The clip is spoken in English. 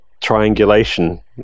triangulation